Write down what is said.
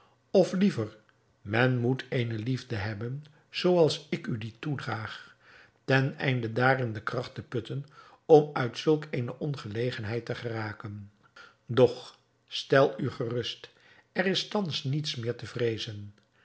of liever men moet eene liefde hebben zoo als ik u die toedraag ten einde daarin de kracht te putten om uit zulk eene ongelegenheid te geraken doch stel u gerust er is thans niets meer te vreezen